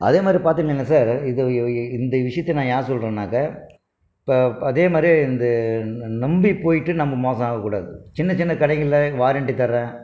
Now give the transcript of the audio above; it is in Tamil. அதே மாதிரி பார்த்திங்கன்னா சார் இதை இந்த விஷயத்த நான் ஏன் சொல்கிறேன்னாக்கா இப்போ அதே மாதிரியே இந்த நம்பி போய்விட்டு நம்ம மோசம் ஆகக்கூடாது சின்ன சின்ன கடைகளில் வாரண்ட்டி தரேன்